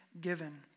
given